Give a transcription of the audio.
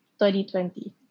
2020